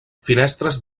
finestres